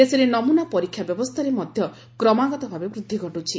ଦେଶରେ ନମୁନା ପରୀକ୍ଷା ବ୍ୟବସ୍ଥାରେ ମଧ୍ୟ କ୍ରମାଗତ ଭାବେ ବୃଦ୍ଧି ଘଟ୍ଟିଛି